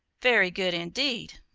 very good, indeed!